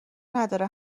نداره